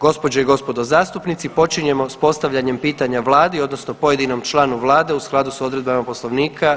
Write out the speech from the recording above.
Gospođe i gospodo zastupnici počinjemo sa postavljanjem pitanja Vladi, odnosno pojedinom članu Vlade u skladu sa odredbama Poslovnika.